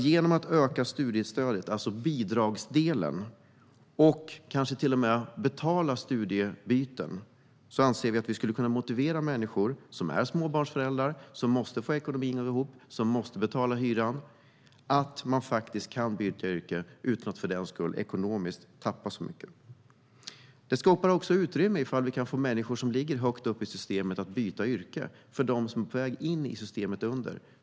Genom att öka studiestödet, alltså bidragsdelen, och kanske till och med genom att betala studiebiten anser vi att vi skulle kunna motivera människor som är småbarnsföräldrar - som måste betala hyran och få ekonomin att gå ihop - att byta yrke utan att för den skulle tappa så mycket ekonomiskt. Om vi kan få människor som ligger högt upp i systemet att byta yrke skapar det också utrymme för dem som är på väg in i systemet.